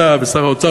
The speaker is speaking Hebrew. אתה ושר האוצר שלך,